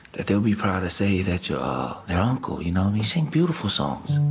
that they'll be proud to say that your your uncle, you know. um you sing beautiful songs.